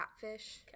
catfish